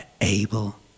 able